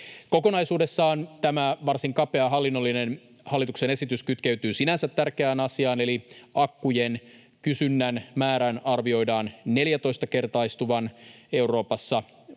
Kokonaisuudessaan tämä varsin kapea, hallinnollinen hallituksen esitys kytkeytyy sinänsä tärkeään asiaan, eli akkujen kysynnän määrän arvioidaan 14-kertaistuvan Euroopassa lukien